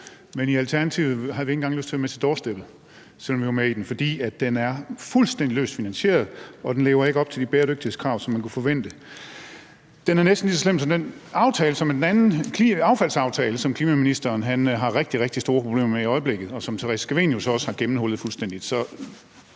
men i Alternativet havde vi ikke engang lyst til at være med til doorsteppet, selv om vi er med i aftalen, fordi den er fuldstændig løst finansieret og ikke lever op til de bæredygtighedskrav, som man kunne forvente. Den er næsten lige så slem som den affaldsaftale, som klimaministeren har rigtig, rigtig store problemer med i øjeblikket, og som Theresa Scavenius også har gennemhullet fuldstændig.